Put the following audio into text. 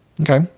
okay